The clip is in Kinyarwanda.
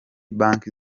banki